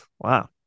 Wow